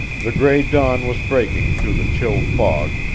the gray dawn was breaking through the chill fog,